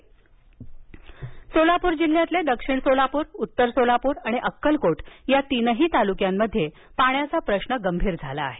सीना नदीत पाणी सोडा सोलापूर जिल्हयातील दक्षिण सोलापूर उत्तर सोलापूर आणि अक्कलकोट या तीनही तालुक्यांमध्ये पाण्याचा प्रश्न गंभीर झाला आहे